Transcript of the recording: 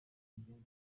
abakinnyi